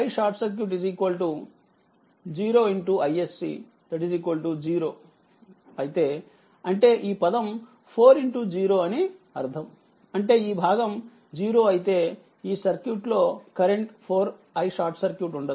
iSC 0 అయితే అంటే ఈ పదం 4 0 0అని అర్థం అంటే ఈ భాగం0 అయితే ఈ సర్క్యూట్ లో కరెంట్ 4iSC ఉండదు